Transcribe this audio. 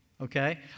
okay